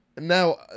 Now